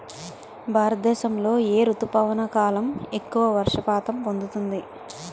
భారతదేశంలో ఏ రుతుపవన కాలం ఎక్కువ వర్షపాతం పొందుతుంది?